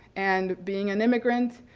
and being an immigrant,